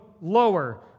lower